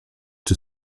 czy